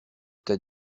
t’a